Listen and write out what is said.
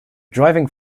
driving